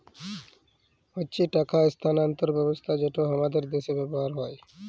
হচ্যে টাকা স্থানান্তর ব্যবস্থা যেটা হামাদের দ্যাশে ব্যবহার হ্যয়